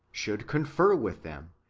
should confer with them,